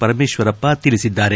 ಪರಮೇಶ್ವರಪ್ಪ ತಿಳಿಸಿದ್ದಾರೆ